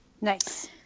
Nice